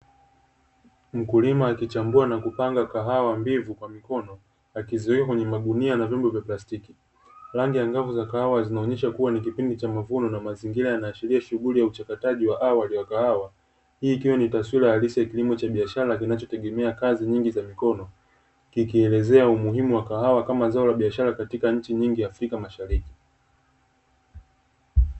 Mkulima akichambua na kupanga kahawa mbivu kwa mikono akiziweka kwenye magunia na vyombo vya plastiki, rangi angavu za kahawa zinaonesha kuwa ni kipindi cha mavuno na mazingira yanaashiria shughuli ya uchakataji wa awali wa kahawa . Hii ikiwa ni taswira halisi cha biashara kinachotegemea kazi nyingi za mikono kikielezea umuhimu wa kahawa kama zao la biashara katika nchi nyingi Afrika mashariki.